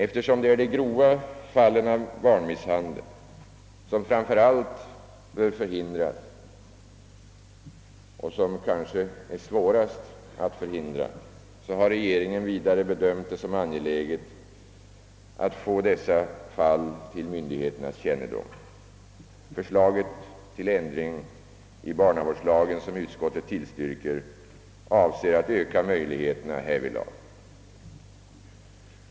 Eftersom det är de grova fallen av barnmisshandel som framför allt bör förhindras och som kanske är svårast att förhindra, har regeringen vidare bedömt det som angeläget att bringa dessa fall till myndigheternas kännedom. Förslaget till ändring i barnavårdslagen, vilket utskottet tillstyrker, avser att öka möjligheterna härvidlag.